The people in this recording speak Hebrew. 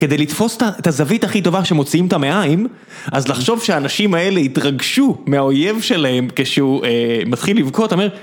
כדי לתפוס את הזווית הכי טובה שמוציאים את המעיים, אז לחשוב שהאנשים האלה התרגשו מהאויב שלהם כשהוא מתחיל לבכות אתה אומר..